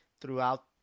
throughout